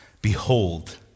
Behold